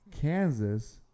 Kansas